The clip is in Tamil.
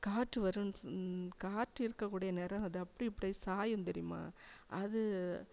காற்று வரும் காற்று இருக்கக்கூடிய நிறம் அது அப்படி இப்டே சாயும் தெரியுமா அது